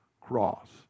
cross